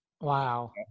Wow